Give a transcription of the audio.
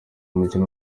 umukino